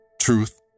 Truth